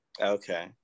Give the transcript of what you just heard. Okay